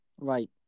Right